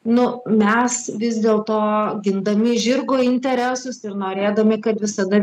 nu mes vis dėl to gindami žirgo interesus ir norėdami kad visada